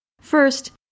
First